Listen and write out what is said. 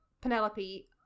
Penelope